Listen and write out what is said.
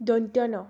দন্ত্য ন